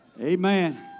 Amen